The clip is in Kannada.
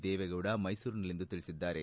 ದೇವೇಗೌಡ ಮೈಸೂರಿನಲ್ಲಿಂದು ತಿಳಿಸಿದ್ದಾರೆ